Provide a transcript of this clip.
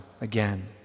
again